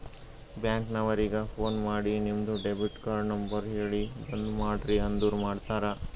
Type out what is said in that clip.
bank ನವರಿಗ phone ಮಾಡಿ ನಿಮ್ದು ಡೆಬಿಟ್ ಕಾರ್ಡ್ ನಂಬರ್ ಹೇಳಿ ಬಂದ್ ಮಾಡ್ರಿ ಅಂದುರ್ ಮಾಡ್ತಾರ